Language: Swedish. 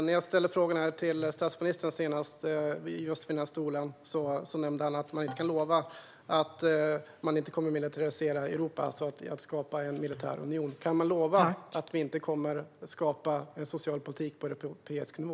När jag ställde frågan här i talarstolen till statsministern nämnde han att man inte kan lova att man inte ska militarisera Europa, det vill säga skapa en militär union. Kan man lova att det inte ska skapas en social politik på europeisk nivå?